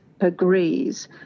agrees